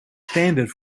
standard